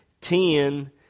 ten